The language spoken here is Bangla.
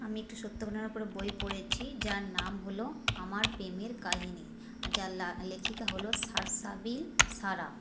আমি একটি সত্য ঘটনার উপরে বই পড়েছি যার নাম হল আমার প্রেমের কাহিনি যার লেখিকা হল সার্সাবিল সারা